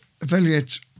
evaluate